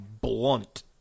blunt